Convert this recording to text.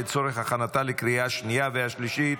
לצורך הכנתה לקריאה השנייה והשלישית.